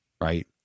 right